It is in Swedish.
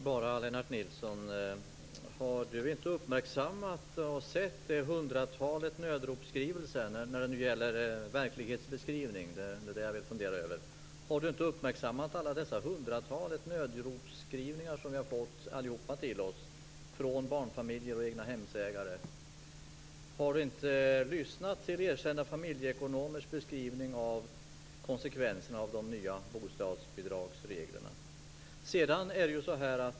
Fru talman! Jag funderar litet över verklighetsbeskrivningen. Har Lennart Nilsson inte uppmärksammat det hundratal nödropsskrivningar som vi alla har fått från barnfamiljer och egnahemsägare? Har inte Lennart Nilsson lyssnat till erkända familjeekonomers beskrivning av konsekvenserna av de nya bostadsbidragsreglerna?